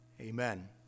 amen